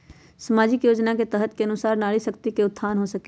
सामाजिक योजना के तहत के अनुशार नारी शकति का उत्थान हो सकील?